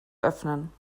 öffnen